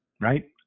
right